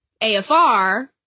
AFR